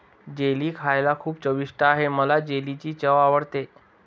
jelly खायला खूप चविष्ट आहे मला जेलीची चव आवडते